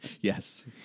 Yes